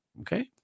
Okay